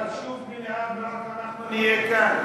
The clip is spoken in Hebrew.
אבל שוב מליאה ורק אנחנו נהיה כאן?